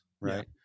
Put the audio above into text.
Right